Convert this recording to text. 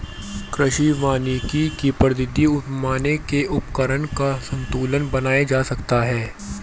कृषि वानिकी की पद्धति अपनाने से पर्यावरण का संतूलन बनाया जा सकता है